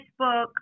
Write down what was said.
Facebook